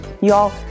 Y'all